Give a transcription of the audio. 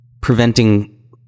preventing